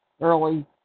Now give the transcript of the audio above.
early